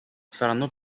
saranno